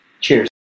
Cheers